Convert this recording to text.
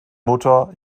mutter